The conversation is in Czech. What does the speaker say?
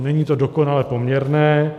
Není to dokonale poměrné.